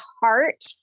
heart